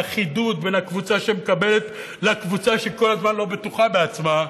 החידוד בין הקבוצה שמקבלת לקבוצה שכל הזמן לא בטוחה בעצמה,